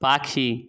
পাখি